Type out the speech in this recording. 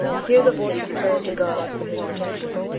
hear the voice of prayer to god for his protection,